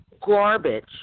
garbage